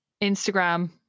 Instagram